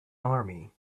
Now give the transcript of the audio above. army